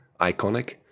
iconic